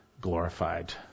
glorified